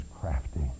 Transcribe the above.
crafty